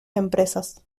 empresas